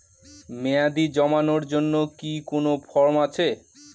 মেয়াদী জমানোর জন্য কি কোন ফর্ম আছে?